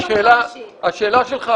השאלה שלך,